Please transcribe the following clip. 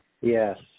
Yes